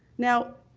now,